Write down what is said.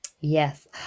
Yes